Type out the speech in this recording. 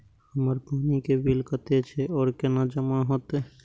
हमर पानी के बिल कतेक छे और केना जमा होते?